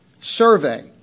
survey